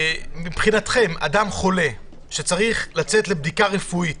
מבחינתכם אדם חולה שצריך לצאת לבדיקה רפואית